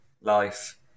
life